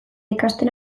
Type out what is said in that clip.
ikasten